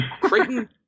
Creighton